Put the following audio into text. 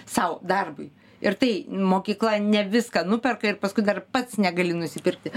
sau darbui ir tai mokykla ne viską nuperka ir paskui dar pats negali nusipirkti